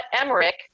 Emmerich